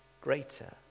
greater